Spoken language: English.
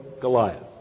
Goliath